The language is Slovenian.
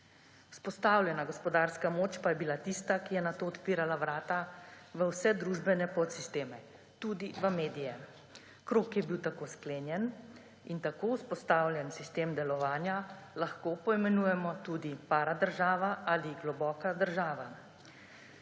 Vzpostavljena gospodarska moč pa je bila tista, ki je nato odpirala vrata v vse družbene podsisteme, tudi v medije. Krog je bil tako sklenjen in tako vzpostavljen sistem delovanja lahko poimenujemo tudi paradržava ali globoka država.